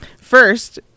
first